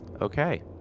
Okay